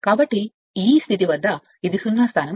కాబట్టి ఈ స్థితి వద్ద ఇది 0 స్థానం